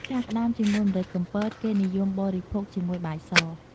ឆាក្ដាមជាមួយម្រេចកំពតគេនិយមបរិភោគជាមួយបាយស។